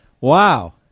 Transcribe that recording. Wow